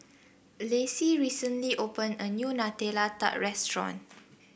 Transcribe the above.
Lacie recently opened a new Nutella Tart restaurant